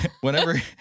whenever